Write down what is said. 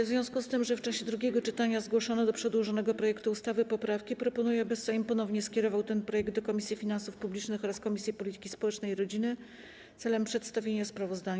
W związku z tym, że w czasie drugiego czytania zgłoszono do przedłożonego projektu ustawy poprawki, proponuję, aby Sejm ponownie skierował ten projekt do Komisji Finansów Publicznych oraz Komisji Polityki Społecznej i Rodziny celem przedstawienia sprawozdania.